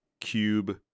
cube